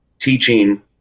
teaching